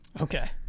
Okay